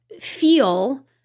feel